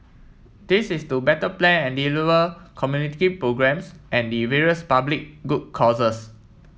this is to better plan and deliver community programmes and the various public good causes